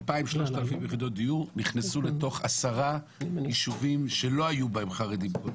החוסר הזה נכנס לתוך עשרה יישובים שלא היו בהם חרדים.